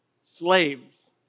slaves